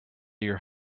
your